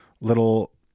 little